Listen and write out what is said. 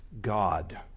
God